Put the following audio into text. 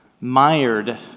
mired